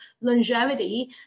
longevity